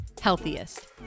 healthiest